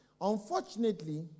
Unfortunately